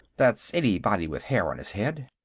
that's anybody with hair on his head.